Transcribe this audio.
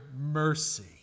mercy